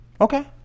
Okay